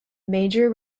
major